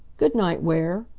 goodnight, ware!